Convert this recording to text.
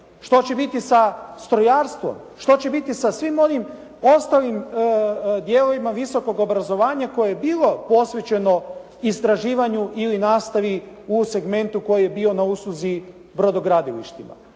što će biti sa strojarstvom, što će biti sa svim ovim ostalim dijelovima visokog obrazovanja koje je bilo posvećeno istraživanju ili nastavi u segmentu koji je bio na usluzi brodogradilištima.